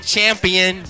champion